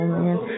man